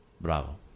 Bravo